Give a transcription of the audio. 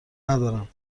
ندارم